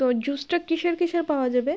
তো জুসটা কিসের কিসের পাওয়া যাবে